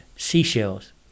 Seashells